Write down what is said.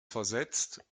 versetzt